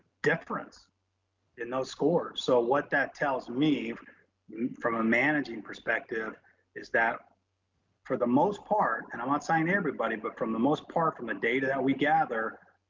difference in those scores. so what that tells me from a managing perspective is that for the most part, and i'm not saying everybody, but from the most part, from the data that we gather,